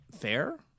fair